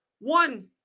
One